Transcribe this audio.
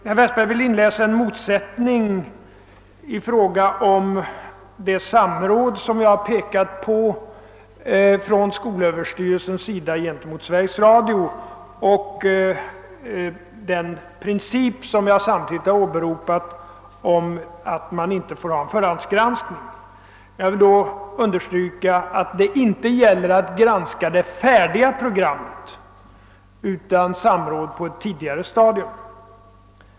Herr Westberg vill inläsa en motsättning mellan å ena sidan samrådet mellan skolöverstyrelsen och Sveriges Radio, som jag har pekat på, och å andra sidan principen att man inte får ha förhandsgranskning, som jag samtidigt har åberopat. Jag vill understryka att det inte rör sig om granskning av det färdiga programmet utan om samråd på ett tidigare stadium.